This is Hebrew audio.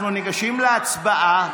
אנחנו ניגשים להצבעה.